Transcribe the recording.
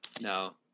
No